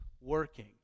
working